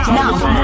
now